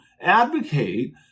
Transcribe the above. advocate